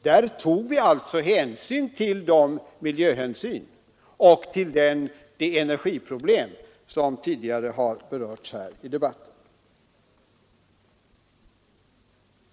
Vi har alltså tagit hänsyn till miljön och till de energiproblem som tidigare har berörts i denna debatt.